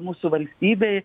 mūsų valstybėj